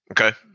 Okay